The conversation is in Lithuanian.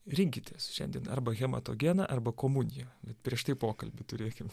rinkitės šiandien arba hematogeną arba komuniją bet prieš tai pokalbį turėkim